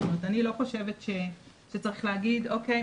אני לא חושבת שצריך להגיד אוקיי,